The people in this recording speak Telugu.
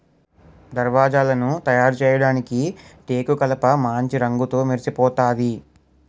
దర్వాజలను తయారుచేయడానికి టేకుకలపమాంచి రంగుతో మెరిసిపోతాది